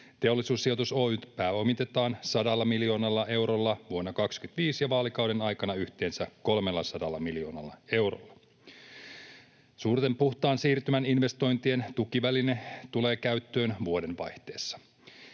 Teollisuussijoitus Oy:tä pääomitetaan 100 miljoonalla eurolla vuonna 25 ja vaalikauden aikana yhteensä 300 miljoonalla eurolla. Suurten puhtaan siirtymän investointien tukiväline tulee käyttöön vuodenvaihteessa.